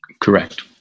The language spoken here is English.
Correct